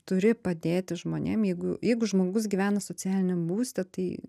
turi padėti žmonėm jeigu jeigu žmogus gyvena socialiniam būste tai